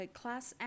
class